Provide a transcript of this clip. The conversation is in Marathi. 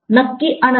नक्की अनंत